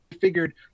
figured